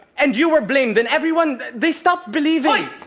and you were blamed then everyone they stopped believing.